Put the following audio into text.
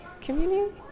community